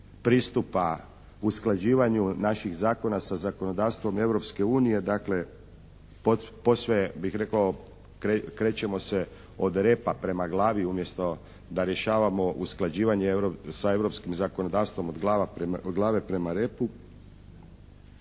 pristupa usklađivanju naših zakona sa zakonodavstvom Europske unije dakle posve je ja bih rekao, krećemo se od repa prema glavi, umjesto da rješavamo usklađivanje sa europskim zakonodavstvom od glave prema repu